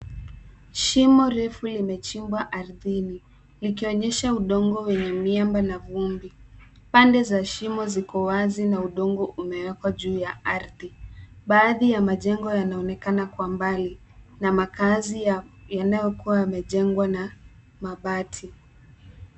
Shimo refu limechimbwa ardhini, likionyesha udongo wenye miamba na vumbi. Pande za shimo ziko wazi na udongo umeekwa juu ya ardhi. Baadhi ya majengo yanaonekana kwa mbali, na makazi yanayokua yamejengwa na mabati.